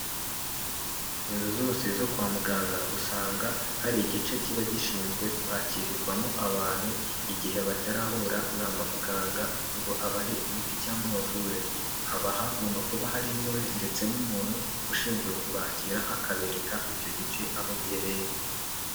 Inzu zose zo kwa muganga usanga hari igice kiba gishinzwe kwakirwamo abantu igihe batarahura na muganga ngo abahe imiti cyangwa bavure. Haba hagomba kuba hari intebe ndetse n'umuntu ushinzwe kubakira akabereka icyo gice aho giherereye.